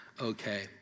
okay